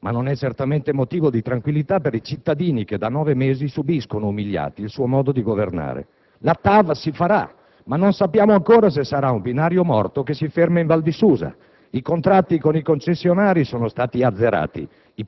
ma non è certamente motivo di tranquillità per i cittadini che da nove mesi subiscono umiliati il suo modo di governare. La TAV si farà ma non sappiamo ancora se sarà un binario morto che si ferma in Val di Susa.